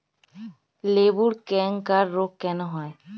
লেবুর ক্যাংকার রোগ কেন হয়?